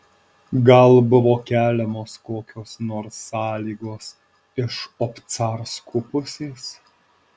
gal buvo keliamos kokios nors sąlygos iš obcarskų pusės